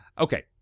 Okay